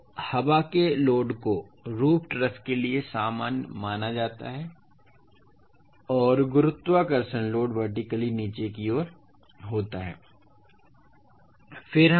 अब हवा के लोड को रूफ ट्रस के लिए सामान्य माना जाता है और गुरुत्वाकर्षण लोड वर्टिकली नीचे की ओर होता है